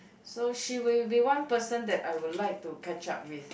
so she will be one person that I will like to catch up with